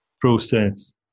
process